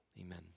amen